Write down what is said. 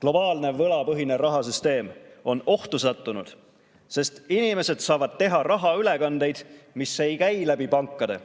Globaalne võlapõhine rahasüsteem on ohtu sattunud, sest inimesed saavad teha rahaülekandeid, mis ei käi läbi pankade,